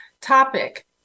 topic